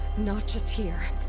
not just here.